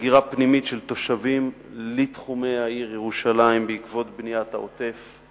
הגירה פנימית של תושבים לתחומי העיר ירושלים בעקבות בניית העוטף,